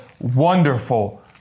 wonderful